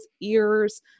ears